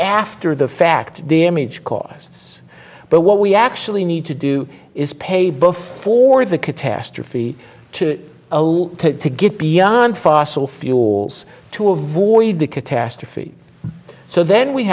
after the fact damage costs but what we actually need to do is pay both for the catastrophe to allow to get beyond fossil fuels to avoid the catastrophe so then we